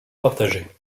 partagée